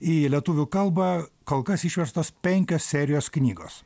į lietuvių kalbą kol kas išverstos penkios serijos knygos